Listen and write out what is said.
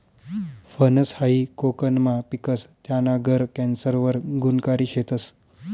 फनस हायी कोकनमा पिकस, त्याना गर कॅन्सर वर गुनकारी शेतस